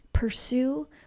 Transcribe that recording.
Pursue